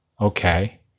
okay